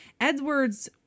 Edwards